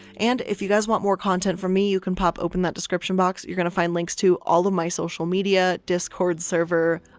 and if you guys want more content from me you can pop open that description box, you're gonna find links to all of my social media, discord server,